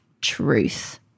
truth